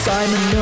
Simon